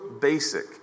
basic